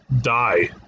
die